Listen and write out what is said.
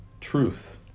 truth